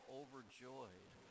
overjoyed